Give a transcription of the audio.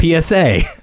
PSA